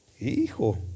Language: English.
Hijo